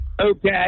Okay